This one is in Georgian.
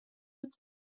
ერთ